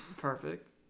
Perfect